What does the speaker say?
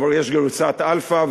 כבר יש גרסת אלפא,